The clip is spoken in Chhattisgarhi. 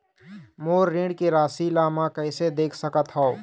मोर ऋण के राशि ला म कैसे देख सकत हव?